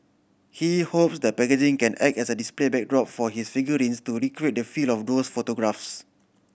he hopes the packaging can act as a display backdrop for his figurines to recreate the feel of those photographs